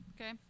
Okay